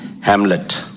Hamlet